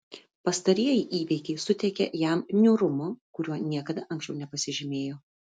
pastarieji įvykiai suteikė jam niūrumo kuriuo niekada anksčiau nepasižymėjo